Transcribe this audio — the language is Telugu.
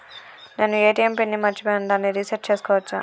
నేను ఏ.టి.ఎం పిన్ ని మరచిపోయాను దాన్ని రీ సెట్ చేసుకోవచ్చా?